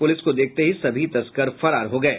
police को देखते ही सभी तस्कर फरार हो गये